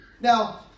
Now